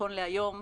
נכון להיום,